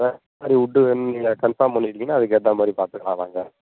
ஆ அது விட்டு வேணுன்னீங்க அது கன்ஃபார்ம் பண்ணிக்கிட்டீங்கன்னா அதுக்கேற்ற மாதிரி பார்த்துக்கலாம் வாங்க